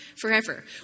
forever